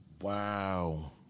Wow